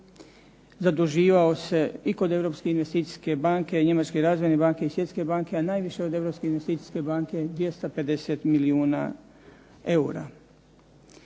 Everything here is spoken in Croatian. zaduživao se i kod Europske investicijske banke i Njemačke razvojne banke i Svjetske banke, a najviše od Europske investicijske banke 250 milijuna eura.